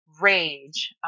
rage